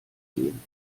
gehen